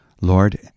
Lord